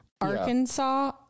Arkansas